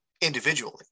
individually